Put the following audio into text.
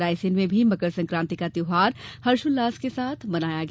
रायसेन में भी मकर संक्रान्ति का त्यौहार हर्ष उल्लास के साथ मनाया गया